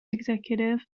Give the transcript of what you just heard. executive